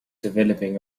developing